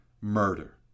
murder